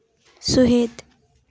ᱥᱩᱦᱮᱫ